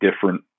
different